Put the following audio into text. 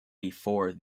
before